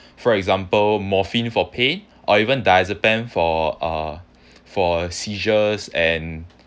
for example morphine for pain or even diazepam for uh for seizures and